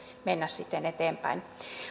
mennä sitten eteenpäin